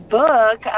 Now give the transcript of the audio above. book